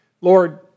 Lord